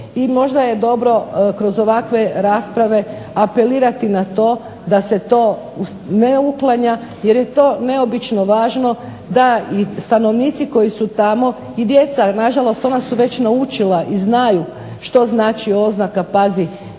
i možda je dobro kroz ovakve rasprave apelirati na to da se to ne uklanja, jer je to neobično važno da i stanovnici koji su tamo i djeca na žalost ona su već naučila i znaju što znači oznaka pazi mina,